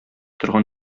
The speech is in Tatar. торган